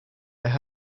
their